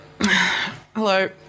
Hello